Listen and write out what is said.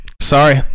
Sorry